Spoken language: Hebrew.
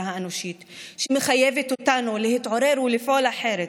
האנושית שמחייבת אותנו להתעורר ולפעול אחרת.